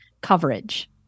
coverage